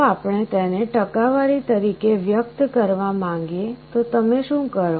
જો આપણે તેને ટકાવારી તરીકે વ્યક્ત કરવા માંગીએ તો તમે શું કરો